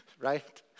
Right